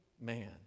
man